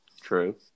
True